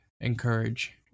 encourage